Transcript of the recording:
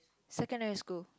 secondary school